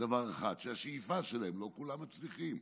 דבר אחד: שהשאיפה שלהם, לא כולם מצליחים.